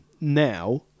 now